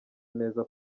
neza